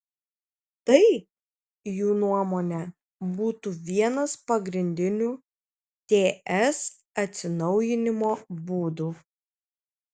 tai jų nuomone būtų vienas pagrindinių ts atsinaujinimo būdų